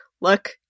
Look